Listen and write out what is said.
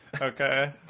Okay